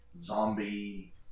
Zombie